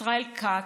ישראל כץ,